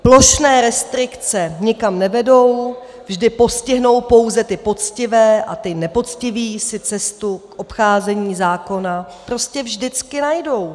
Plošné restrikce nikam nevedou, vždy postihnou pouze ty poctivé a ti nepoctiví si cestu obcházení zákona prostě vždycky najdou.